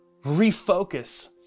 refocus